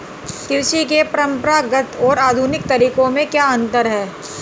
कृषि के परंपरागत और आधुनिक तरीकों में क्या अंतर है?